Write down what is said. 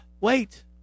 Wait